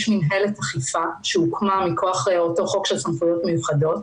יש מינהלת אכיפה הוקמה מכוח אותו חוק של סמכויות מיוחדות